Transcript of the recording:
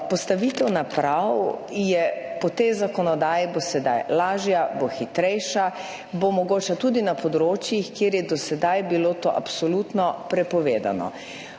Postavitev naprav po tej zakonodaji bo sedaj lažja, bo hitrejša, bo mogoča tudi na področjih, kjer je do sedaj bilo to absolutno prepovedano.